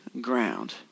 ground